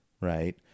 right